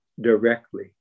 directly